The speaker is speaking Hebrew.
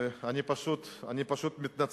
אני פשוט מתנצל,